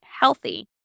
healthy